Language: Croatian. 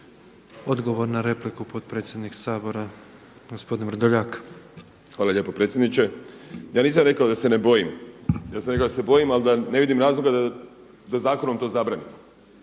Odgovor na repliku, potpredsjednik Sabora gospodin Vrdoljak. **Vrdoljak, Ivan (HNS)** Hvala lijepo predsjedniče. Ja nisam rekao da se ne bojim, ja sam rekao da se bojim ali da ne vidim razloga da zakonom to zabranimo.